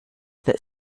that